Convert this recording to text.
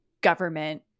government